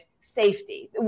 safety